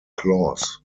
claws